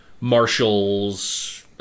marshals